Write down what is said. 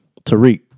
Tariq